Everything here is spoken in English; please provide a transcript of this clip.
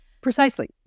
Precisely